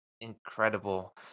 incredible